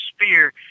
spear